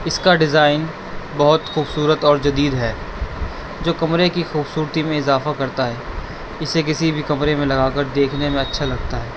اس کا ڈیزائن بہت خوبصورت اور جدید ہے جو کمرے کی خوبصورتی میں اضافہ کرتا ہے اسے کسی بھی کمرے میں لگا کر دیکھنے میں اچھا لگتا ہے